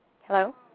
Hello